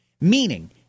Meaning